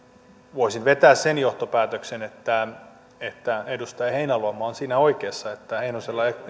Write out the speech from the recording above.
voisin vetää sen johtopäätöksen että että edustaja heinäluoma on siinä oikeassa että heinosella